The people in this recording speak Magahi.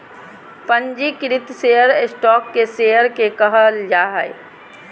पंजीकृत शेयर स्टॉक के शेयर के कहल जा हइ